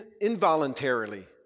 involuntarily